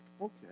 Okay